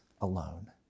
alone